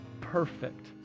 perfect